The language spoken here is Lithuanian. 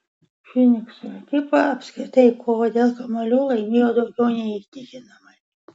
fynikso ekipa apskritai kovą dėl kamuolių laimėjo daugiau nei įtikinamai